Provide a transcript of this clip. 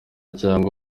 cyangwa